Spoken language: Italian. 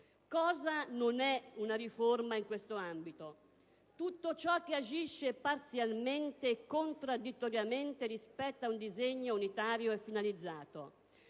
Cosa non è una riforma in questo ambito? Tutto ciò che agisce parzialmente e contraddittoriamente rispetto ad un disegno unitario e finalizzato;